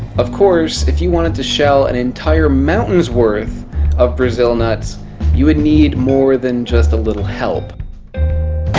of course if you wanted to shell an entire mountains worth of brazil nuts you would need more than just a little help